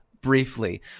briefly